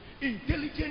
Intelligent